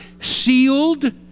sealed